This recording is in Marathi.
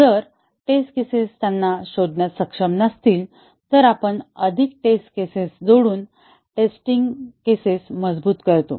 जर टेस्ट केसेस त्यांना शोधण्यात सक्षम नसतील तर आपण अधिक टेस्ट केसेस जोडून टेस्टिंग प्रकरणे मजबूत करतो